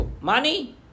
Money